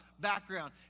background